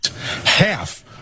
Half